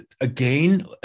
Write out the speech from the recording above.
again